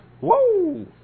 Whoa